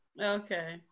Okay